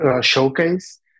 showcase